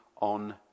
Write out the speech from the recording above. on